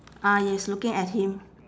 ah yes looking at him